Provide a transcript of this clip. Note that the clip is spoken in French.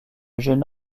jeune